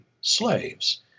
slaves